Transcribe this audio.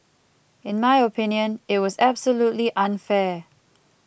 in my opinion it was absolutely unfair